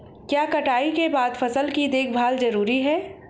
क्या कटाई के बाद फसल की देखभाल जरूरी है?